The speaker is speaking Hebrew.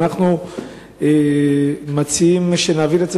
ואנחנו מציעים להעביר את זה